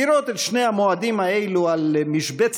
לראות את שני המועדים האלה על משבצת